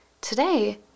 Today